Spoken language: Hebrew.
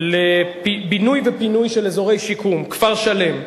בינוי ופינוי של אזורי שיקום (כפר-שלם),